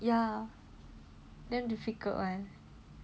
ya damn difficult [one]